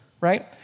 Right